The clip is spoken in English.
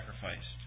sacrificed